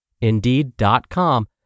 Indeed.com